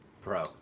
Pro